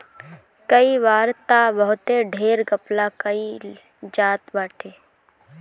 कई बार तअ बहुते ढेर घपला कईल जात बाटे